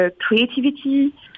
creativity